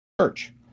church